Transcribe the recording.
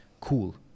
cool